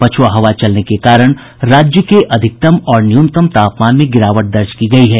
पछ्आ हवा चलने के कारण राज्य के अधिकतम और न्यूनतम तापमान में गिरावट दर्ज की गयी है